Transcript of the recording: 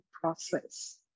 process